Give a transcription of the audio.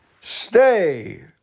Stay